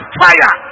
fire